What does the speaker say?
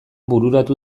bururatu